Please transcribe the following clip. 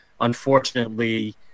unfortunately